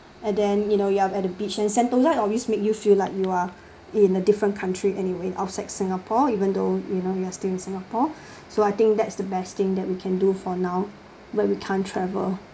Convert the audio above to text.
and then you know you are at the beach and sentosa always make you feel like you're in a different country anyway outside singapore even though you know you are staying in singapore so I think that's the best thing that we can do for now when we can't travel